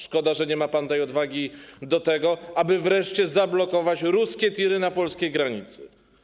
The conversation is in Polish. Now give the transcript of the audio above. Szkoda, że nie ma pan tej odwagi do tego, aby wreszcie zablokować ruskie tiry na polskiej granicy.